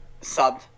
Sub